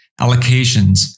allocations